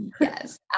Yes